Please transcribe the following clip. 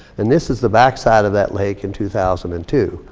and this is the backside of that lake in two thousand and two.